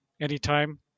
anytime